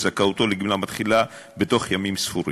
זכאותו לגמלה מתחילה בתוך ימים ספורים.